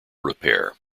repair